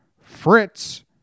Fritz